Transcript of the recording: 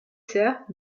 sœurs